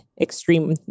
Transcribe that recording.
extreme